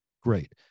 Great